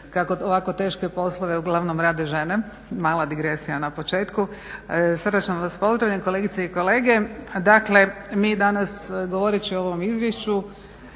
kako ovako teške poslove uglavnom rade žene, mala digresija na početku. Srdačno vas pozdravljam kolegice i kolege. Dakle, mi danas, govorit ću o ovom izvješću,